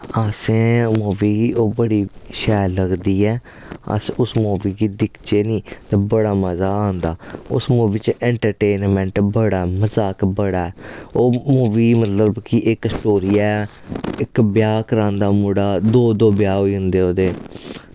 असैं मूवी ओह् बड़ी शैल लगदी ऐ अस उस मूवी गी दिखचे नी ते बड़ा मजा आंदा उस मूवी च इंट्रटेनमैंट बड़ा मजाक बड़ा ओह् मूवी मतलव कि इक स्टोरी ऐ इक ब्याह् करांदा मुड़ा दो दो ब्याह् होई जंदे ओह्दे